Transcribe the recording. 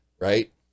right